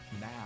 now